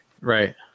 Right